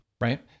Right